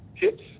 tips